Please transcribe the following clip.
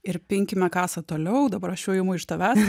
ir pinkime kasą toliau dabar aš jau imu iš tavęs